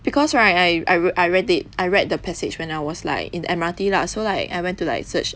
because right I re~ I read it I read the passage when I was like in the M_R_T lah so like I went to like search